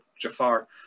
Jafar